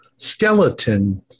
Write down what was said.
Skeleton